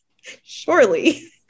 surely